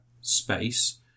space